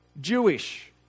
Jewish